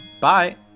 bye